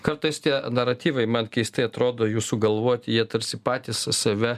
kartais tie naratyvai man keistai atrodo jūsų galvoti jie tarsi patys save